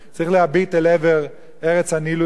צריך להביט אל עבר ארץ הנילוס ולראות.